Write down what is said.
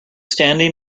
standing